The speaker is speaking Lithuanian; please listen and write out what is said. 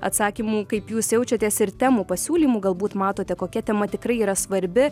atsakymų kaip jūs jaučiatės ir temų pasiūlymų galbūt matote kokia tema tikrai yra svarbi